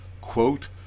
quote